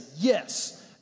yes